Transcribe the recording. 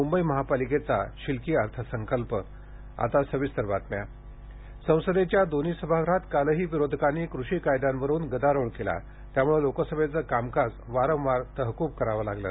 मुंबई महापालिकेचा शिलकी अर्थसंकल्प संसद संसदेच्या दोन्ही सभागृहांत कालही विरोधकांनी कृषी कायद्यांवरून गदारोळ केला त्यामुळे लोकसभेचं कामकाज वारंवार तहकूब करावं लागलं